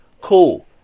Cool